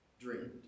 dreamed